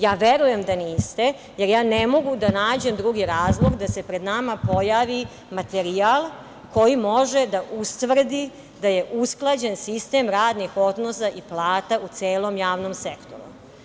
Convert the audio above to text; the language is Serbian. Ja verujem da niste, jer ja ne mogu da nađem drugi razlog da se pred nama pojavi materijal koji može da ustvrdi da je usklađen sistem radnih odnosa i plata u celom javnom sektoru.